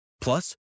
Plus